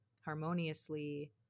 harmoniously